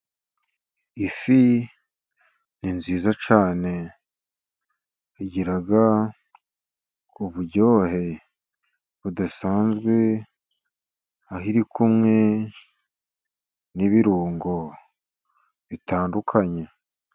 Ifi ni nziza cyane igira uburyohe budasanzwe, aho iri kumwe n'ibirungo bitandukanye.